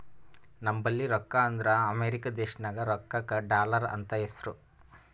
ನಂಬಲ್ಲಿ ರೊಕ್ಕಾ ಅಂದುರ್ ಅಮೆರಿಕಾ ದೇಶನಾಗ್ ರೊಕ್ಕಾಗ ಡಾಲರ್ ಅಂತ್ ಹೆಸ್ರು